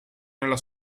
nella